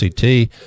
ct